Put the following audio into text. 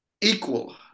equal